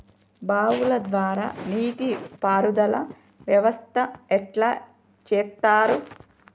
బావుల ద్వారా నీటి పారుదల వ్యవస్థ ఎట్లా చేత్తరు?